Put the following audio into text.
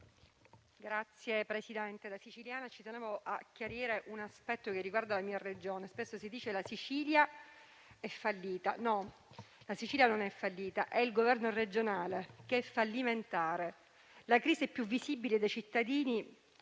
Signor Presidente, da siciliana tengo a chiarire un aspetto che riguarda la mia Regione. Spesso si dice che la Sicilia è fallita. No, la Sicilia non è fallita; è il governo regionale a essere fallimentare. La crisi più visibile dai cittadini